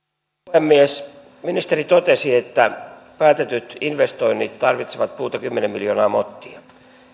puhemies ministeri totesi että päätetyt investoinnit tarvitsevat puuta kymmenen miljoonaa mottia